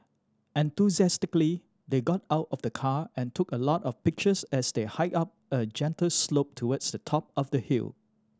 enthusiastically they got out of the car and took a lot of pictures as they hiked up a gentle slope towards the top of the hill